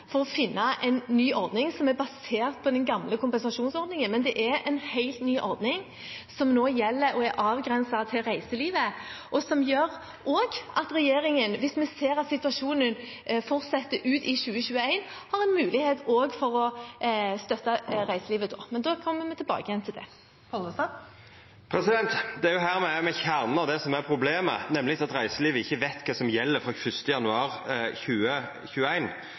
for å finne en ny ordning som er basert på den gamle kompensasjonsordningen. Men det er en helt ny ordning som nå gjelder, og som er avgrenset til reiselivet, og som også gjør at regjeringen – hvis vi ser at situasjonen fortsetter ut i 2021 – har en mulighet til å støtte reiselivet også da. Men da kommer vi tilbake til det. Det er jo her me er ved kjernen av det som er problemet, nemleg at reiselivet ikkje veit kva som gjeld frå 1. januar